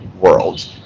world